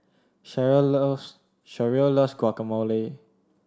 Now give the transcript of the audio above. Sherrill loves Sherrill loves Guacamole